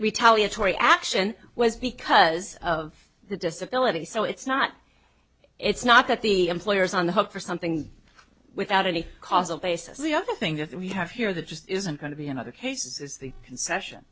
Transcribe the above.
retaliatory action was because of the disability so it's not it's not that the employer is on the hook for something without any causal basis the other thing that we have here that just isn't going to be in other cases is the concession